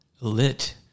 Lit